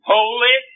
Holy